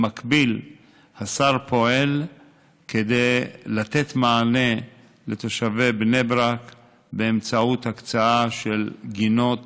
במקביל השר פועל כדי לתת מענה לתושבי בני ברק באמצעות הקצאה של גינות